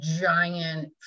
giant